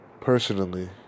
Personally